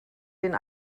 den